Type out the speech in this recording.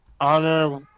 Honor